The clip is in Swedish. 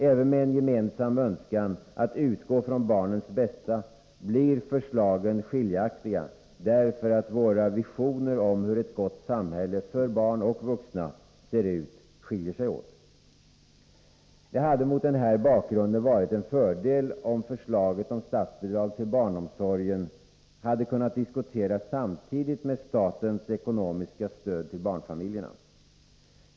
Även med en gemensam önskan om att utgå från barnens bästa blir förslagen skiljaktiga, därför att våra visioner om hur ett gott samhälle för barn och vuxna ser ut skiljer sig åt. Det hade mot denna bakgrund varit en fördel om förslaget om statsbidrag till barnomsorgen hade kunnat diskuteras samtidigt med statens ekonomiska stöd till barnfamiljerna.